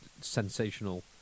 sensational